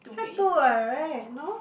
have to what right no